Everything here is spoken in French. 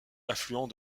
affluent